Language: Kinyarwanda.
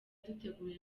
dutegura